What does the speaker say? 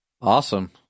Awesome